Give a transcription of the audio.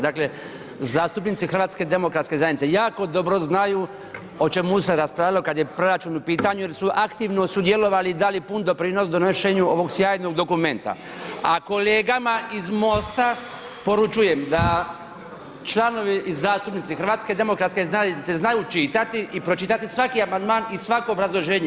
Dakle zastupnici HDZ-a jako dobro znaju o čemu se raspravljalo kada je proračun u pitanju jer su aktivno sudjelovali i dali pun doprinos donošenju ovog sjajnog dokumenta, a kolegama iz MOST-a poručujem da članovi i zastupnici HDZ-a znaju čitati i pročitati svaki amandman i svako obrazloženje.